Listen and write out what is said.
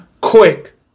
quick